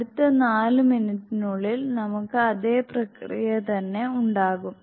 അടുത്ത 4 മിനിറ്റിനുള്ളിൽ നമുക്ക് അതേ പ്രക്രിയ തന്നെ ഉണ്ടാകും